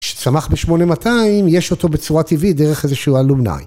שצמח ב-8200, יש אותו בצורה טבעית דרך איזה שהוא אלומני.